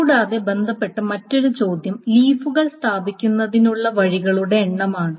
കൂടാതെ ബന്ധപ്പെട്ട മറ്റൊരു ചോദ്യം ലീഫുകൾ സ്ഥാപിക്കുന്നതിനുള്ള വഴികളുടെ എണ്ണമാണ്